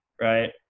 right